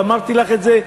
ואמרתי לך את זה.